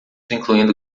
incluindo